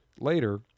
later